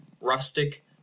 rustic